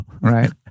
Right